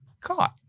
caught